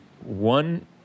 one